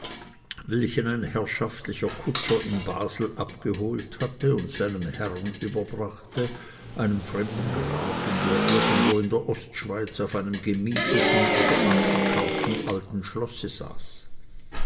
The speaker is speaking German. welchen ein herrschaftlicher kutscher in basel abgeholt hatte und seinem herren überbrachte einem fremden grafen der irgendwo in der ostschweiz auf einem gemieteten oder angekauften alten schlosse saß